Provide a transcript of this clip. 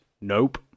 nope